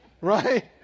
Right